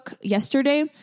yesterday